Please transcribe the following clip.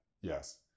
Yes